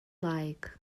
like